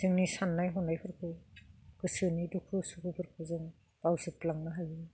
जोंनि साननाय हनायफोरखौ गोसोनि दुखु सुखुफोरखौ जों बावजोबलांनो हायो